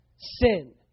sin